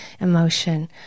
emotion